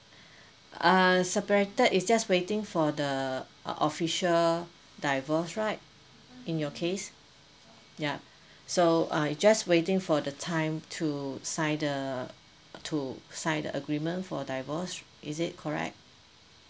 err separated is just waiting for the uh official divorce right in your case ya so uh you just waiting for the time to sign the to sign the agreement for divorce is it correct